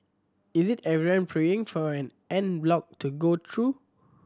is it everyone praying for an en bloc to go through